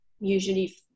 usually